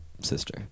sister